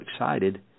excited